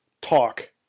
talk